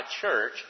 church